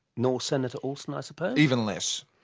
nor senator alston, i suppose? even less.